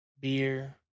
beer